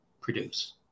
produce